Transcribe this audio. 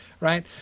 Right